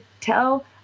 tell